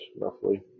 roughly